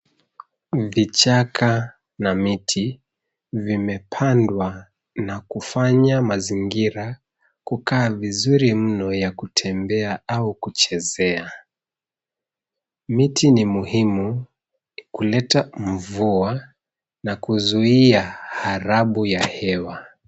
Vichaka na miti, vimepandwa na kufanya mazingira kukaa vizuri mno ya kutembea au kuchezea. Miti ni muhimu, huleta mvua na kuzuia harabu ya hewa.